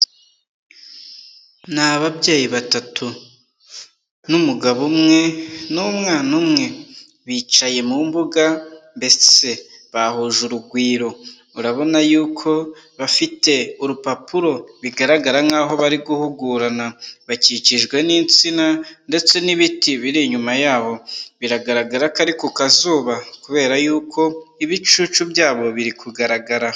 Ni ababyeyi batatu n'umugabo umwe n'umwana umwe, bicaye mu mbuga mbese bahuje urugwiro, urabona yuko bafite urupapuro bigaragara nkaho bari guhugurana, bakikijwe n'insina ndetse n'ibiti biri inyuma yabo, biragaragara ko ari ku kazuba kubera yuko ibicucu byabo biri kugaragara.